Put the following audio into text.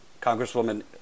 Congresswoman